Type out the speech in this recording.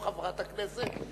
לא חברת הכנסת,